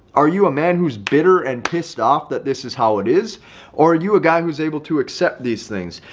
are you a man who's bitter and pissed off that this is how is or are you a guy who's able to accept these things?